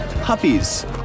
puppies